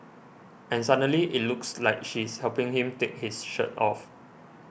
and suddenly it looks like she's helping him take his shirt off